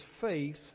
faith